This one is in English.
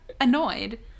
annoyed